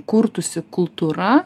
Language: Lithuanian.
kurtųsi kultūra